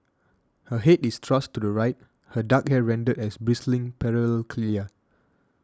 her head is thrust to the right her dark hair rendered as bristling parallel cilia